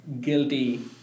guilty